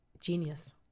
Genius